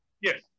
Yes